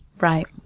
Right